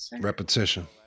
Repetition